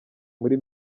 muri